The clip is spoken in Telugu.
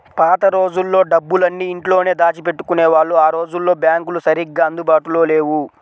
పాత రోజుల్లో డబ్బులన్నీ ఇంట్లోనే దాచిపెట్టుకునేవాళ్ళు ఆ రోజుల్లో బ్యాంకులు సరిగ్గా అందుబాటులో లేవు